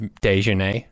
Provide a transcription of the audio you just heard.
Dejeuner